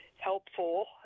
helpful